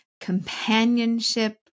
companionship